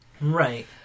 Right